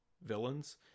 villains